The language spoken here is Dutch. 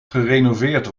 gerenoveerd